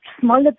smaller